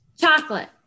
Chocolate